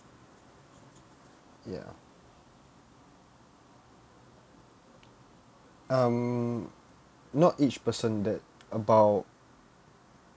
ya um not each person that about